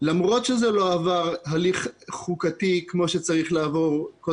למרות שזה לא עבר הליך חוקתי כמו שצריך לעבור כל